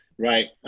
right,